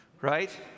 Right